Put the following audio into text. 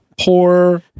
poor